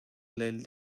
del